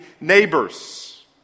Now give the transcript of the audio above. neighbors